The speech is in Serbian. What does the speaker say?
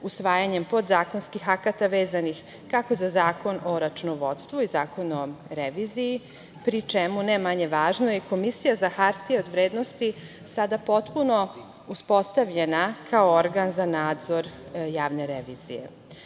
usvajanjem podzakonskih akata vezanih, kako za Zakon o računovodstvu i Zakon o reviziji pri čemu ne manje važno je Komisija za hartije od vrednosti sada potpuno uspostavljena kao organ za nadzor javne revizije. Ono